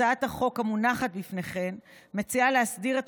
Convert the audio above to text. הצעת החוק המונחת בפניכם מציעה להסדיר את